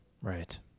Right